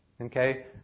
Okay